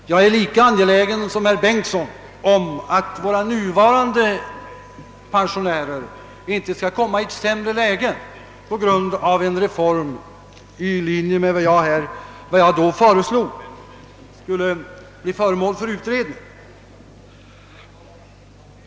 Jag är lika angelägen som herr Bengtsson om att våra nuvarande pensionärer inte skall komma i ett sämre läge på grund av en reform i linje med vad jag då föreslog skulle bli föremål för utredning.